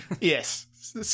Yes